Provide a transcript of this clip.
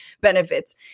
benefits